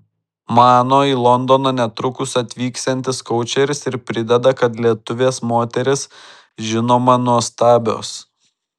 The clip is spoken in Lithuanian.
mano į londoną netrukus atvyksiantis koučeris ir prideda kad lietuvės moterys žinoma nuostabios